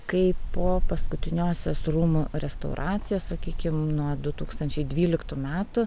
kai po paskutiniosios rūmų restauracijos sakykim nuo du tūkstančiai dvyliktų metų